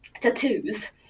Tattoos